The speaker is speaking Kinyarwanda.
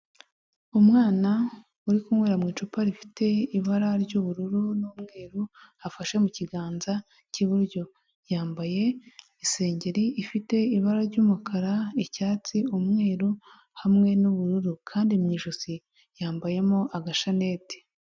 Umwana uri kunywera mu icupa rifite ibara ry'ubururu n'umweru afashe mu kiganza cy'iburyo, yambaye isengeri ifite ibara ry'umukara, icyatsi, umweru hamwe n'ubururu, kandi mu ijosi yambayemo agashaneti.